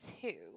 two